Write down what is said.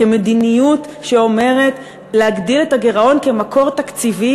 כמדינות שאומרת: להגדיל את הגירעון כמקור תקציבי